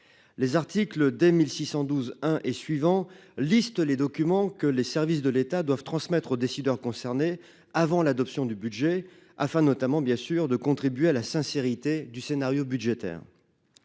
Les articles 2612 1 et suivants, liste les documents que les services de l'État doivent transmettre aux décideurs concernés avant l'adoption du budget afin notamment bien sûr de contribuer à la sincérité du scénario budgétaire.